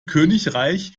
königreich